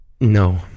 No